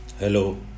Hello